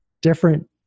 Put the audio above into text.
different